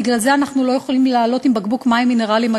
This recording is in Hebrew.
בגלל זה אנחנו לא יכולים לעלות עם בקבוק מים מינרליים,